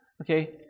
Okay